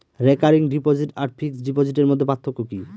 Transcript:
Recurring deposit আর fixed ডিপোজিটের মধ্যে পার্থক্য কি?